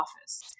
office